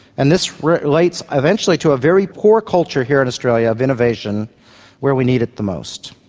and this relates eventually to a very poor culture here in australia of innovation where we need it the most.